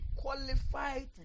qualified